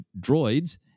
droids